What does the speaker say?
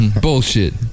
Bullshit